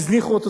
הזניחו אותו,